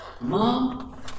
Mom